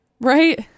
Right